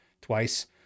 twice